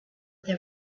there